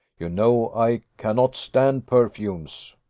you know i cannot stand perfumes.